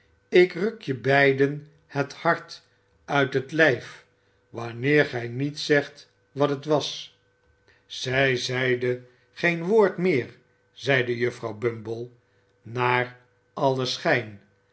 ik ruk je beiden het hart uit het lijf wanneer gij niet zegt wat het was zij zeide geen woord meer zeide juffrouw bumble naar allen schijn